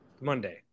Monday